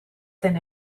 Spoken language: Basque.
den